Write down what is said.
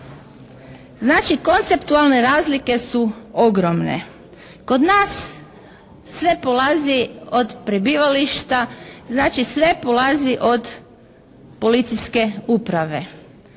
Znači konceptualne razlike su ogromne. Kod nas sve polazi od prebivališta, znači sve polazi od policijske uprave.